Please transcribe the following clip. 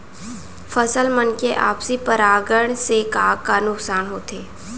फसल मन के आपसी परागण से का का नुकसान होथे?